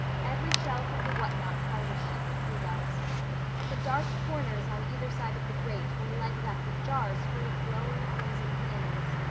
every shelf of the what-not held a sheaf of bluebells the dark corners on either side of the grate were lighted up with jars full of glowing crimson peonies,